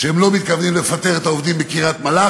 שהם לא מתכוונים לפטר את העובדים בקריית-מלאכי,